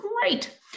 great